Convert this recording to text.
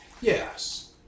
Yes